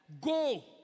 go